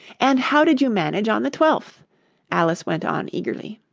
and how did you manage on the twelfth alice went on eagerly.